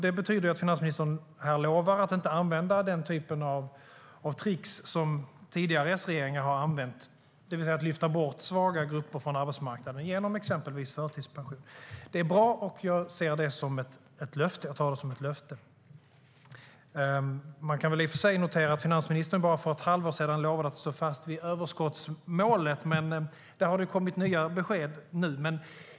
Det betyder att finansministern här lovar att inte använda den typ av tricks som tidigare S-regeringar har använt, det vill säga att lyfta bort svaga grupper från arbetsmarknaden genom exempelvis förtidspension. Det är bra, och jag tar det som ett löfte. Man kan i och för sig notera att finansministern för bara ett halvår sedan lovade att stå fast vid överskottsmålet, men där har det kommit nya besked nu.